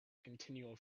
continual